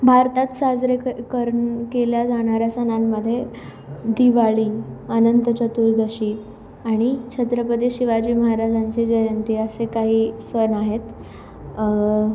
भारतात साजरे क करन केल्या जाणाऱ्या सणांमध्ये दिवाळी अनंत चतुर्दशी आणि छत्रपती शिवाजी महाराजांची जयंती असे काही सण आहेत